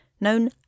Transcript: known